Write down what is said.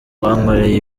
bankoreye